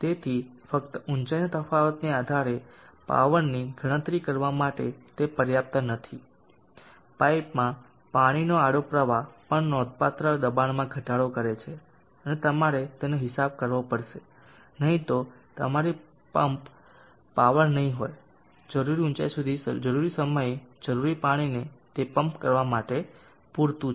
તેથી ફક્ત ઊંચાઇના તફાવતને આધારે પાવરની ગણતરી કરવા માટે તે પર્યાપ્ત નથી પાઇપમાં પાણીનો આડો પ્રવાહ પણ નોંધપાત્ર દબાણમાં ઘટાડો કરે છે અને તમારે તેનો હિસાબ કરવો પડશે નહીં તો તમારી પંપ પાવર નહીં હોય જરૂરી ઊંચાઇ સુધી જરૂરી સમયે જરૂરી પાણીને પમ્પ કરવા માટે પૂરતું છે